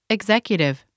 Executive